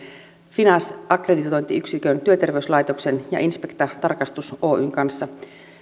finas akkreditointiyksikön työterveyslaitoksen ja inspecta tarkastus oyn kanssa